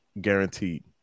guaranteed